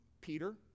Peter